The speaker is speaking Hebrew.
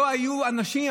לא היו אנשים,